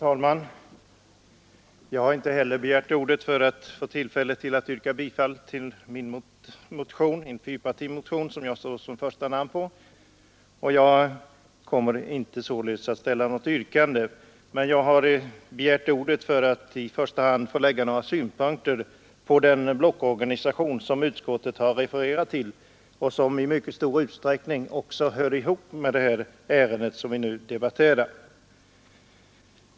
Herr talman! Inte heller jag har begärt ordet för att få tillfälle att yrka bifall till den fyrpartimotion, som jag står som första namn på. Jag kommer således inte att ställa något yrkande, utan jag har begärt ordet för att i första hand få anlägga några synpunkter på den blockorganisation som utskottet har refererat till och som i mycket stor utsträckning också hör ihop med det ärende som vi nu debatterar.